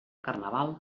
carnaval